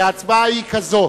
ההצבעה היא כזאת,